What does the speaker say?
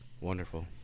Wonderful